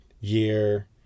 year